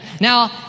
Now